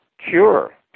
cure